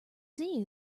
see